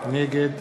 נגד